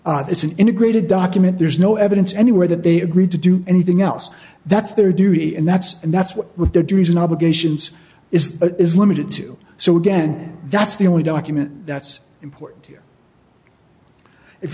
it's an integrated document there's no evidence anywhere that they agreed to do anything else that's their duty and that's and that's what their duties and obligations is is limited to so again that's the only document that's important